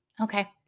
Okay